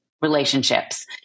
relationships